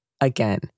Again